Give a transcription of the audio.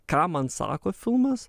ką man sako filmas